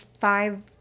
five